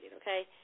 okay